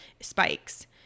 spikes